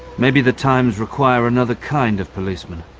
maybe the times require another kind of policeman,